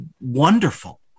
wonderful